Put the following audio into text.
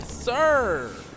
Sir